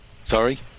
Sorry